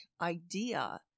idea